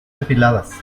depiladas